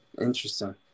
interesting